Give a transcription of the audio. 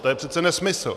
To je přece nesmysl!